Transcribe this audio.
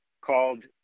called